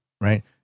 right